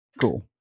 Cool